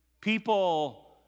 people